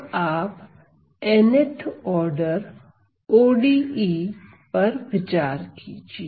अब आप n th order ODE पर विचार कीजिए